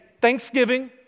Thanksgiving